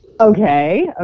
Okay